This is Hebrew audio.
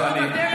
תן להם מיגון.